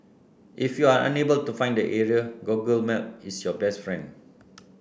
if you're unable to find the area Google Maps is your best friend